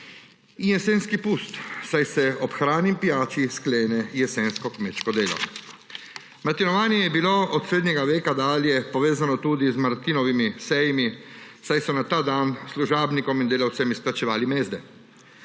– jesenski pust, saj se ob hrani in pijači sklene jesensko kmečko delo. Martinovanje je bilo od srednjega veka dalje povezano tudi z Martinovimi sejmi, saj so na ta dan služabnikom in delavcem izplačevali mezde.